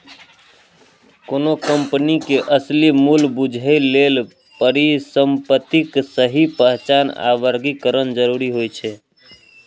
कोनो कंपनी के असली मूल्य बूझय लेल परिसंपत्तिक सही पहचान आ वर्गीकरण जरूरी होइ छै